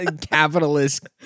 capitalist